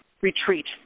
retreat